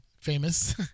famous